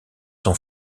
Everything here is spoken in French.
son